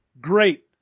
great